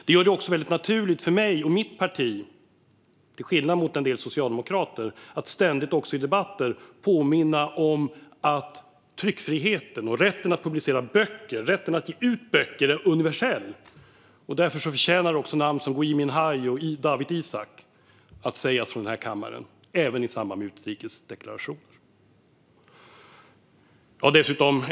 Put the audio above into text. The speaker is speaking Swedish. Detta gör det naturligt för mig och mitt parti att, till skillnad från en del socialdemokrater, i debatter ständigt påminna om att tryckfriheten och rätten att publicera och ge ut böcker är universell. Därför förtjänar namn som Gui Minhai och Dawit Isaak att sägas i den här kammaren även i samband med utrikesdeklarationen.